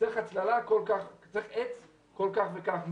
צריך עץ כל כך וכך מטרים,